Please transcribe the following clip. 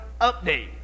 update